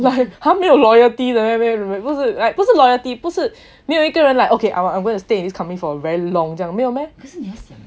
他没有 loyalty 的 meh 不不是 loyalty 没有一个人 like okay I will I'm going to stay in this company for very long 没有 meh